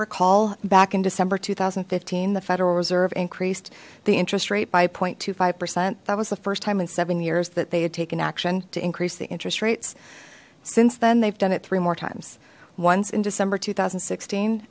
recall back in december two thousand and fifteen the federal reserve increased the interest rate by zero twenty five percent that was the first time in seven years that they had taken action to increase the interest rates since then they've done it three more times once in december two thousand and sixteen